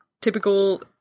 typical